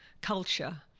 culture